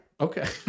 Okay